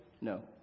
No